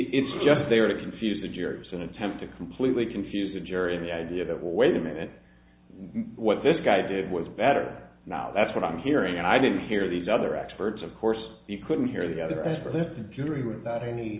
it's just there to confuse the jury it's an attempt to completely confuse the jury in the idea that well wait a minute what this guy did was better now that's what i'm hearing and i didn't hear these other experts of course you couldn't hear the other expert if the jury without any